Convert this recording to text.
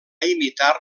imitar